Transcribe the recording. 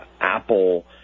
apple